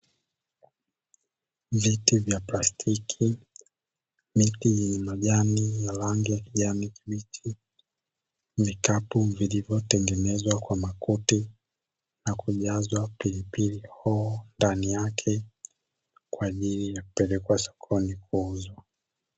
Viti vya plastiki, miti yenye majani ya rangi ya kijani kibichi, vikapu vilivyotengenezwa kwa makuti na kujazwa pilipili hoho ndani yake kwa ajili ya kupelekwa sokoni kuuzwa.